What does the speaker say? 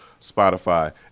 Spotify